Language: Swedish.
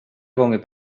gånger